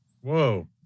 Whoa